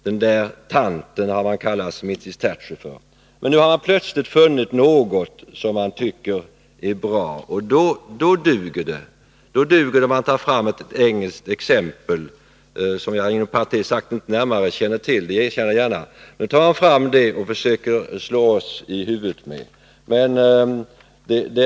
”Den där tanten”, har man kallat Mrs. Thatcher för. Nu har man plötsligt funnit något i England, som man tycker är bra. Då duger det att ta fram detta exempel från England, som jag — det erkänner jag gärna —- inte närmare känner till. Man försöker slå oss i huvudet med det.